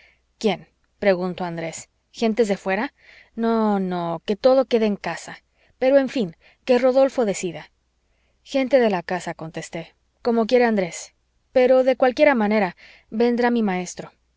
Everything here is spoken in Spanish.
quién preguntó andrés gentes de fuera no no que todo quede en casa pero en fin que rodolfo decida gente de la casa contesté como quiere andrés pero de cualquiera manera vendrá mi maestro